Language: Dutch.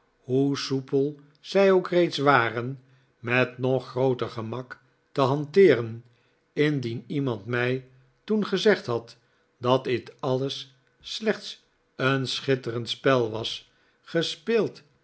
hoe soepel zij ook reeds waren met hog grooter gemak te hanteeren indien demand mij toen gezegd had dat dit alles slechts een schitterend spel was gespeeld